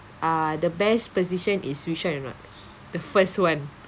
uh the best position is which one or not the first one